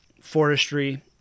Forestry